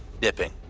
dipping